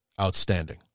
Outstanding